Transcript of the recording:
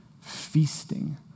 feasting